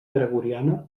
gregoriana